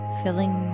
filling